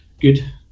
good